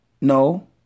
no